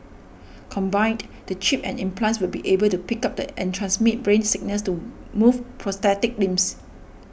combined the chip and implants will be able to pick up and transmit brain signals to move prosthetic limbs